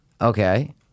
Okay